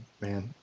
man